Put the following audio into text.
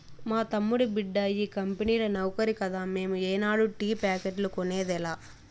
మా తమ్ముడి బిడ్డ ఈ కంపెనీల నౌకరి కదా మేము ఏనాడు టీ ప్యాకెట్లు కొనేదిలా